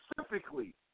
specifically